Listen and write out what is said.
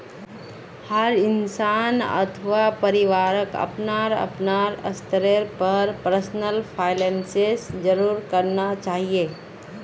हर इंसान अथवा परिवारक अपनार अपनार स्तरेर पर पर्सनल फाइनैन्स जरूर करना चाहिए